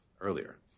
earlier